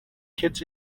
kids